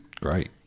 Great